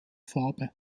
farbe